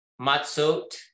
matzot